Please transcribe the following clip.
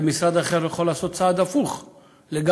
ומשרד אחר יכול לעשות צעד הפוך לגמרי,